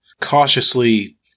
cautiously